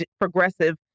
progressive